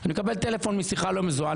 אני מקבל טלפון משיחה לא מזוהה.